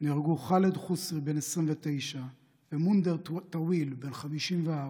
נהרגו חאלד חוסרי, בן 29, ומונדר טוויל, בן 54,